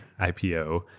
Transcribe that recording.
IPO